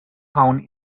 town